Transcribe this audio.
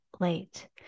late